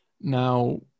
Now